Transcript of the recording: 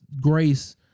grace